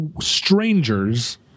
strangers